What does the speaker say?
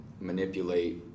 manipulate